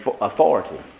authority